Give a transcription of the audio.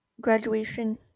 graduation